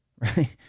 right